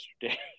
yesterday